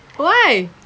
why